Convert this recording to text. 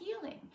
healing